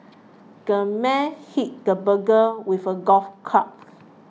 the man hit the burglar with a golf club